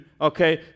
okay